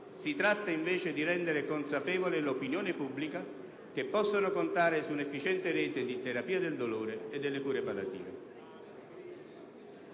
Si tratta, invece, di rendere consapevole l'opinione pubblica che può contare su un'efficiente rete di terapia del dolore e delle cure palliative.